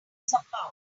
somehow